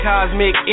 Cosmic